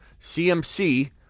CMC